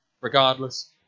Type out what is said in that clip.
Regardless